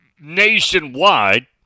nationwide